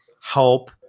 help